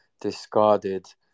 discarded